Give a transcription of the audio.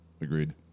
agreed